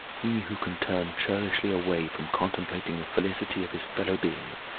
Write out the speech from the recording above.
he who can turn churlishly away from contemplating the felicity of his fellow beings,